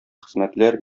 хезмәтләр